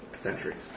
centuries